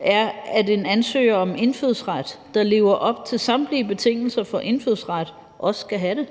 er, at en ansøger om indfødsret, der lever op til samtlige betingelser for indfødsret, også skal have det.